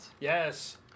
Yes